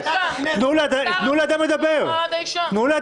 --- יש דבר